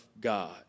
God